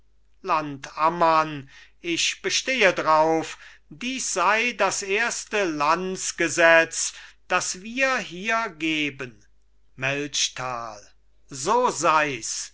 landammann ich bestehe drauf dies sei das erste landsgesetz das wir hier geben melchtal so sei's